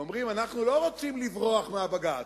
ואומרים, אנחנו לא רוצים לברוח מהבג"ץ,